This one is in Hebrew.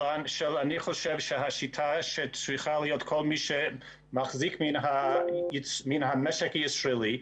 ואני חושב: השיטה שצריכה להיות של כל מי שמחזיק מן המשק הישראלית,